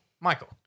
Michael